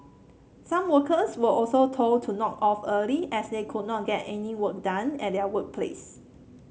some workers were also told to knock off early as they could not get any work done at their workplace